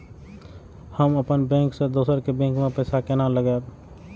हम अपन बैंक से दोसर के बैंक में पैसा केना लगाव?